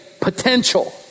potential